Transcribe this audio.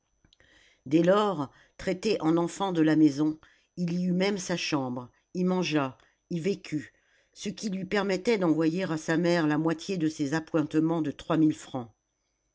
dès lors traité en enfant de la maison il y eut même sa chambre y mangea y vécut ce qui lui permettait d'envoyer à sa mère la moitié de ses appointements de trois mille francs